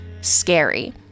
scary